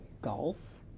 golf